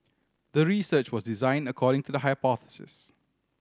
the research was designed according to the hypothesis